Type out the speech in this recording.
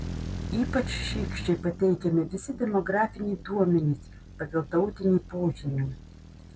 ypač šykščiai pateikiami visi demografiniai duomenys pagal tautinį požymį